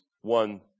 one